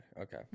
Okay